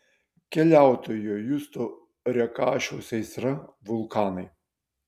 keliautojo justo rėkašiaus aistra vulkanai